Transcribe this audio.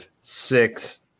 six